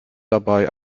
dabei